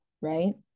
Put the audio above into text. right